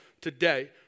today